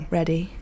Ready